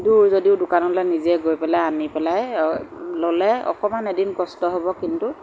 দূৰ যদিও দোকানলৈ নিজে গৈ পেলাই আনি পেলাই ল'লে অকণমান এদিন কষ্ট হ'ব কিন্তু